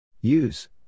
Use